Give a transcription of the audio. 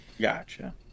Gotcha